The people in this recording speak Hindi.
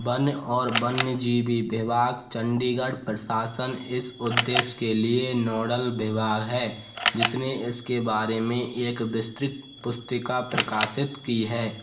वन और वन्यजीवी विभाग चंडीगढ़ प्रशासन इस उद्देश्य के लिए नोडल विभाग है जिसने इसके बारे में एक विस्तृत पुस्तिका प्रकाशित की है